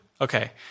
Okay